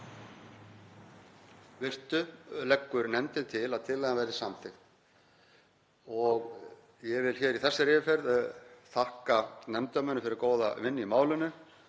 virtu leggur nefndin til að tillagan verði samþykkt. Ég vil hér í þessari yfirferð þakka nefndarmönnum fyrir góða vinnu í málinu